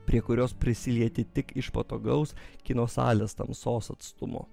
prie kurios prisilieti tik iš patogaus kino salės tamsos atstumo